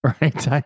right